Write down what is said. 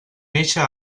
eixe